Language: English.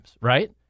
right